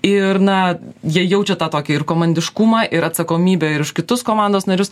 ir na jie jaučia tą tokį ir komandiškumą ir atsakomybę ir už kitus komandos narius